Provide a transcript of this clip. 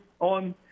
on